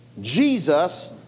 Jesus